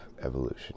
evolution